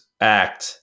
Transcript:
act